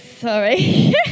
Sorry